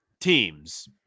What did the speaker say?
teams